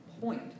point